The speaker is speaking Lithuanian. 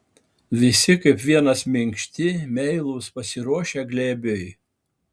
visi kaip vienas minkšti meilūs pasiruošę glėbiui